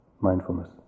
mindfulness